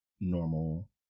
normal